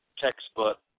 textbook